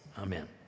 amen